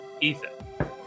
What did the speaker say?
Ethan